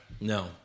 No